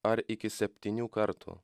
ar iki septynių kartų